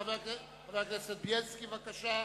חבר הכנסת בילסקי, בבקשה,